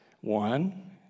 One